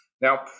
Now